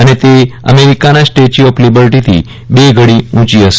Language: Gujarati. અને તે અમેરિકાના સ્ટેચ્યુ ઓફ લીબર્ટીથી બે ગણી ઉંચી હશે